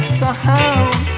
sound